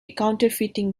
counterfeiting